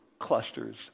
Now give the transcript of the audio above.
clusters